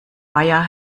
weiher